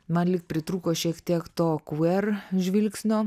man lyg pritrūko šiek tiek to quer žvilgsnio